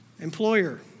Employer